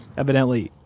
evidently,